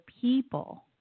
people